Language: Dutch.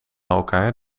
elkaar